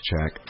check